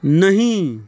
नहि